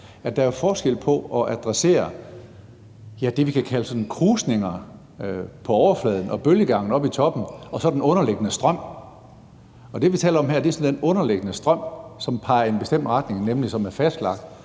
Der er jo forskel på at adressere det, vi kan kalde krusninger på overfladen og bølgegangen oppe i toppen og så den underliggende strøm, og det, vi taler om her, er den underliggende strøm, som løber i en bestemt retning, nemlig den, der er fastlagt